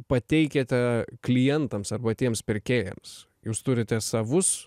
pateikiate klientams arba tiems pirkėjams jūs turite savus